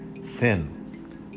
sin